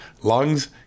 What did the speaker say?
lungs